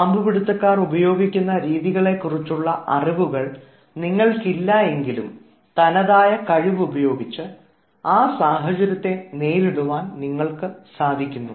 പാമ്പ് പിടുത്തക്കാർ ഉപയോഗിക്കുന്ന രീതികളെ കുറിച്ചുള്ള അറിവുകൾ നിങ്ങൾക്കില്ല എങ്കിൽലും തനതായ കഴിവ് ഉപയോഗിച്ച് ആ സാഹചര്യത്തെ നേരിടുവാൻ നിങ്ങൾക്ക് സാധിക്കുന്നു